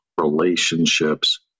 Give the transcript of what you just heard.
Relationships